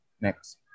next